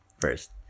first